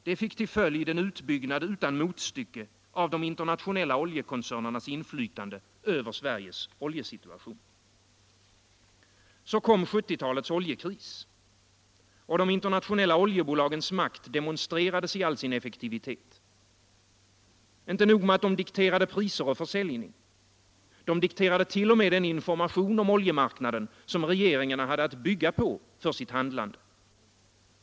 Det fick till följd en utbyggnad utan motstycke av de internationella oljekoncernernas inflytande över Sveriges oljesituation. Så kom 1970-talets oljekris, och de internationella oljebolagens makt demonstrerades i all sin effektivitet. Inte nog med att de dikterade priser och försäljning. De dikterade t.o.m. den information om oljemarknaden som regeringarna hade att bygga på för sitt handlande.